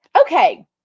Okay